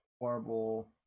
horrible